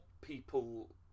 people